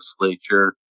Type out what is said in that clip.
legislature